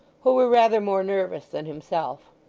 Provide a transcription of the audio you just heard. who were rather more nervous than himself.